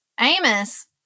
Amos